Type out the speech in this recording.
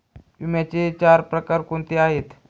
विम्याचे चार प्रकार कोणते आहेत?